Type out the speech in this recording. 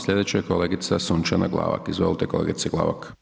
Slijedeća je kolegica Sunčana Glavak, izvolite kolegice Glavak.